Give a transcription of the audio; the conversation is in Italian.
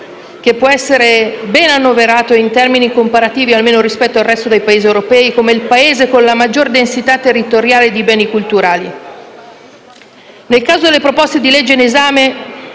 che può essere ben annoverato in termini comparativi, almeno rispetto al resto dei Paesi europei, come quello con la maggiore densità territoriale di beni culturali. Nel caso dei disegni di legge in esame